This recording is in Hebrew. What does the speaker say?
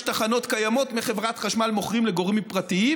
תחנות קיימות מחברת החשמל ומוכרים לגורמים פרטיים,